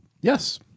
yes